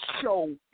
show